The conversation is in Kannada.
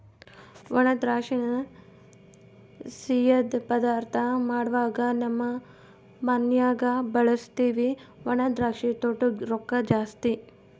ಒಣದ್ರಾಕ್ಷಿನ ಸಿಯ್ಯುದ್ ಪದಾರ್ಥ ಮಾಡ್ವಾಗ ನಮ್ ಮನ್ಯಗ ಬಳುಸ್ತೀವಿ ಒಣದ್ರಾಕ್ಷಿ ತೊಟೂಗ್ ರೊಕ್ಕ ಜಾಸ್ತಿ